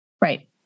Right